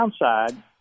downside